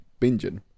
binging